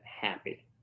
happy